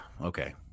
okay